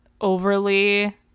overly